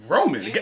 Roman